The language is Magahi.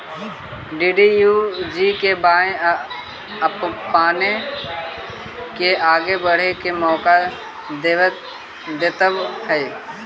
डी.डी.यू.जी.के.वाए आपपने के आगे बढ़े के मौका देतवऽ हइ